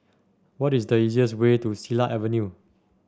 what is the easiest way to Silat Avenue